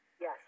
Yes